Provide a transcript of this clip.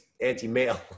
anti-male